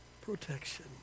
protection